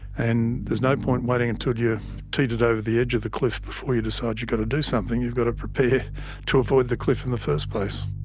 and there's no point waiting until you've teetered over the edge of the cliff before you decide you got to do something you've got to prepare to avoid the cliff in the first place.